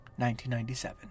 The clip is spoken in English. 1997